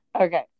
Okay